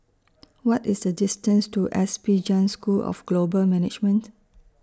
What IS The distance to S P Jain School of Global Management